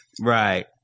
right